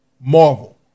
Marvel